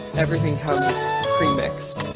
everything comes pre-mixed.